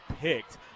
picked